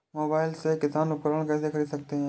Mobile से किसान उपकरण कैसे ख़रीद सकते है?